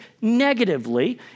negatively